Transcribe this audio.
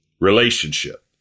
relationship